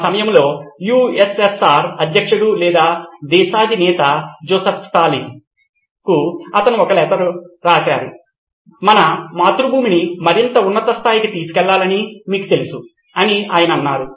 ఆ సమయంలో యుఎస్ఎస్ఆర్ అధ్యక్షుడు లేదా దేశాధినేత జోసెఫ్ స్టాలిన్ కు అతను ఒక లేఖ రాశారని మన మాతృభూమిని మరింత ఉన్నతస్థాయికి తీసుకెళ్లాలని మీకు తెలుసు అని ఆయన అన్నారు